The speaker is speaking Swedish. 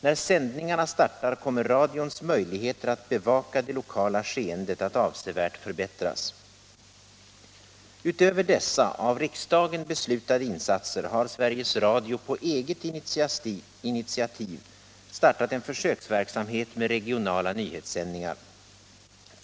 När sändningarna startar kommer radions möjligheter att bevaka det lokala skeendet att avsevärt förbättras. Utöver dessa av riksdagen beslutade insatser har Sveriges Radio på eget initiativ startat en försöksverksamhet med regionala nyhetssändningar.